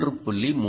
3